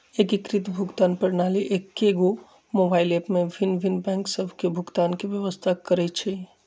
एकीकृत भुगतान प्रणाली एकेगो मोबाइल ऐप में भिन्न भिन्न बैंक सभ के भुगतान के व्यवस्था करइ छइ